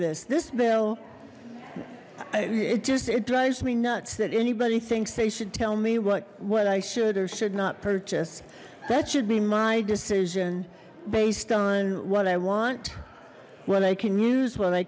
this this bill it just it drives me nuts that anybody thinks they should tell me what what i should or should not purchase that should be my decision based on what i want what i can use